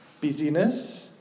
Busyness